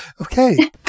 Okay